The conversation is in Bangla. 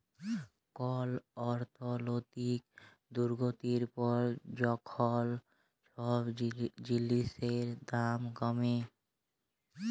কল অর্থলৈতিক দুর্গতির পর যখল ছব জিলিসের দাম কমে